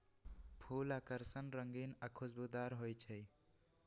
फूल आकर्षक रंगीन आ खुशबूदार हो ईछई